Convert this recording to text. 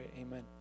amen